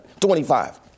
25